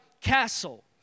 castle